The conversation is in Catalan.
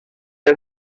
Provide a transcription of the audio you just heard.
des